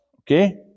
okay